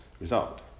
result